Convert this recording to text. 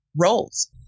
roles